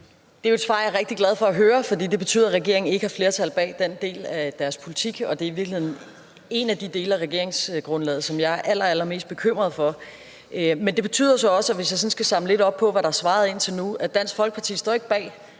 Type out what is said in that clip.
Det er jo et svar, jeg er rigtig glad for at høre, for det betyder, at regeringen ikke har flertal bag den del af sin politik. Og det er i virkeligheden en af de dele af regeringsgrundlaget, som jeg er allerallermest bekymret for. Men det betyder så også – hvis jeg sådan skal samle lidt op på, hvad der er svaret indtil nu – at Dansk Folkeparti ikke står